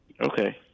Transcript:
Okay